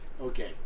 Okay